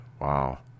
Wow